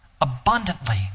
abundantly